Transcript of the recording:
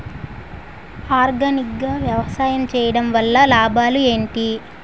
Organic గా వ్యవసాయం చేయడం వల్ల లాభాలు ఏంటి?